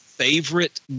Favorite